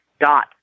dot